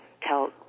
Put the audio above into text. tell